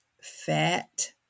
fat